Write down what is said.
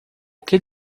que